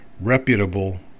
reputable